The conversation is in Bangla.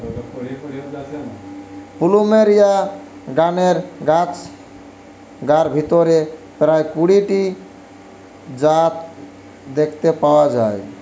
প্লুমেরিয়া গণের গাছগার ভিতরে প্রায় কুড়ি টি জাত দেখতে পাওয়া যায়